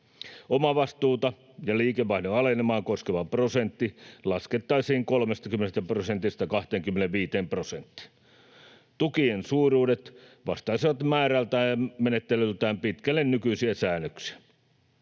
Omavastuuta ja liikevaihdon alenemaa koskeva prosentti laskettaisiin 30 prosentista 25 prosenttiin. Tukien suuruudet vastaisivat määrältään ja menettelyltään pitkälle nykyisiä säännöksiä.